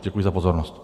Děkuji za pozornost.